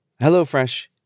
HelloFresh